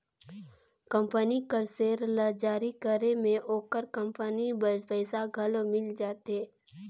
company कर share ल जारी करे में ओकर कंपनी बर पइसा घलो मिल जाथे